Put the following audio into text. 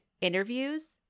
interviews